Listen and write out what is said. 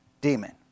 demon